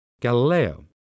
Galileo